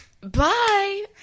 bye